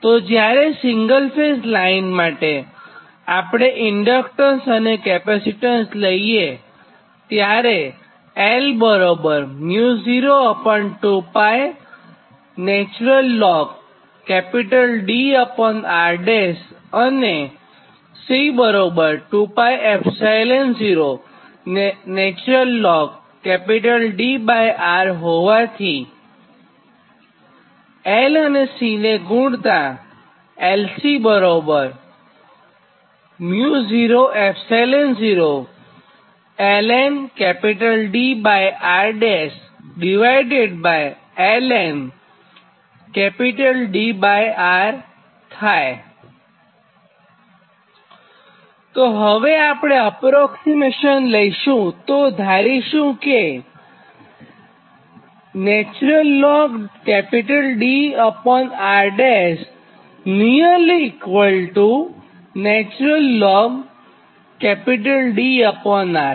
તો જ્યારે single phase line માટે આપણે ઇન્ડક્ટન્સ અને કેપેસિટન્સ લઈએ ત્યારે અને હોવાથી L અને C ને ગુણતાં હવે આપણે અપ્રોક્સીમેશન લઇશુંતો આપણે ધારીશું કે તો LC 00થાય